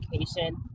education